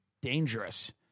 dangerous